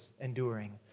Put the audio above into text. enduring